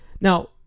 Now